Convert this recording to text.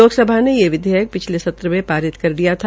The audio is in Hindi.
लोकसभा ने ये विधेयक पिछले सत्रमें पारित कर दिया था